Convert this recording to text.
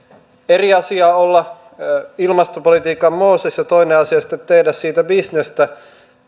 eri asia olla ilmastopolitiikan mooses ja toinen asia sitten tehdä siitä bisnestä